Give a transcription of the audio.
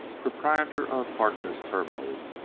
proprietor of harkness terminals,